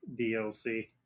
DLC